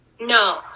No